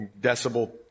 decibel